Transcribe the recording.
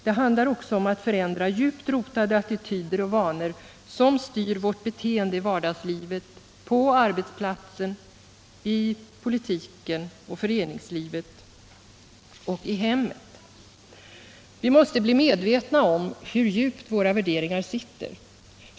Det handlar också om att förändra djupt rotade attityder och vanor, som styr vårt beteende i vardagslivet, på arbetsplatsen och i hemmet, i politiken och föreningslivet. Vi måste bli medvetna om hur djupt våra värderingar sitter.